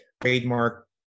trademark